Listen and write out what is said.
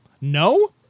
No